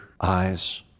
eyes